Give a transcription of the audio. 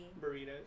Burritos